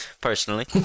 Personally